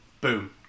boom